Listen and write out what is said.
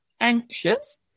anxious